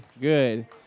good